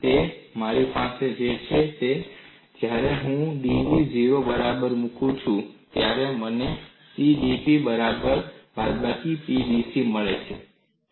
તેથી મારી પાસે જે છે તે છે જ્યારે હું dv 0 ની બરાબર મુકું છું ત્યારે મને cdp બરાબર બાદબાકી pdc મળે છે